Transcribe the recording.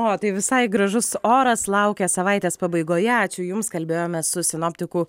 o tai visai gražus oras laukia savaitės pabaigoje ačiū jums kalbėjomės su sinoptiku